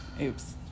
Oops